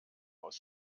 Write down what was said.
aus